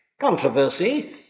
controversy